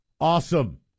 Awesome